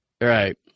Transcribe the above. Right